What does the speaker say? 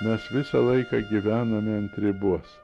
mes visą laiką gyvename ant ribos